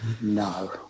No